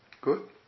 Good